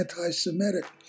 anti-Semitic